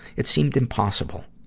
it seemed impossible.